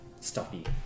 stuffy